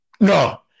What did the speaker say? No